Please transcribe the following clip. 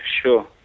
sure